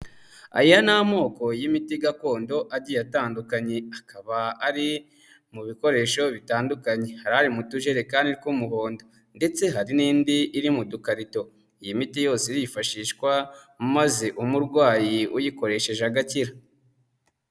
Aya ni amoko y'imiti gakondo agiye atandukanye, akaba ari mu bikoresho bitandukanye, hari ari mu tujerekani tw'umuhondo ndetse hari n'indi iri mu dukarito, iyi miti yose irifashishwa maze umurwayi uyikoresheje agakira.